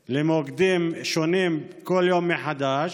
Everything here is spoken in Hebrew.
ומתפרצת למוקדים שונים כל יום מחדש,